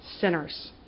sinners